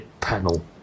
panel